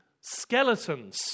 Skeletons